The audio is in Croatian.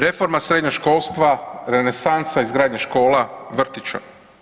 Reforma srednjoškolstva, renesansa izgradnje škola, vrtića.